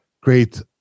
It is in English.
create